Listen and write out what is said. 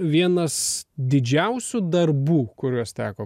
vienas didžiausių darbų kuriuos teko